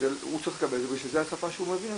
הוא צריך לקבל את זה כי זו השפה שהוא מגיע,